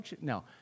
No